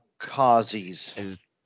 Kazi's